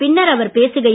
பின்னர் அவர் பேசுகையில்